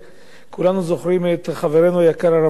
כולנו זוכרים את חברנו היקר, הרב רביץ,